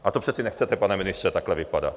A to přece nechcete, pane ministře, takhle vypadat.